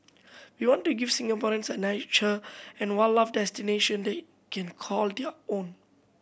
we want to give Singaporeans a nature and wildlife destination they can call their own